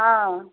हँ